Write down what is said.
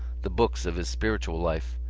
the books of his spiritual life,